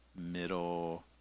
middle